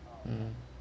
mm